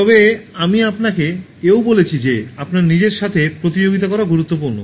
তবে আমি আপনাকে এও বলেছি যে আপনার নিজের সাথে প্রতিযোগিতা করা গুরুত্বপূর্ণ